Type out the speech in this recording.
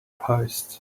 post